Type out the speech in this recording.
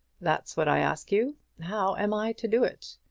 that's what i ask you. how am i to do it?